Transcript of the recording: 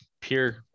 pure